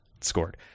scored